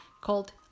called